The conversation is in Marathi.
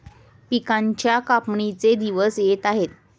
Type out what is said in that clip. पिकांच्या कापणीचे दिवस येत आहेत